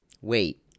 Wait